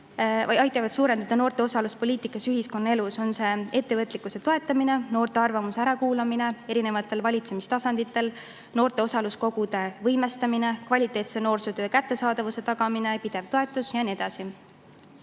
aitavad suurendada noorte osalust poliitikas ja ühiskonnaelus, on see ettevõtlikkuse toetamine, noorte arvamuse ärakuulamine erinevatel valitsemistasanditel, noorte osaluskogude võimestamine, kvaliteetse noorsootöö kättesaadavuse tagamine, pidev toetus ja nii edasi.